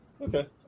Okay